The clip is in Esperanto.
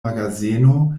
magazeno